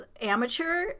amateur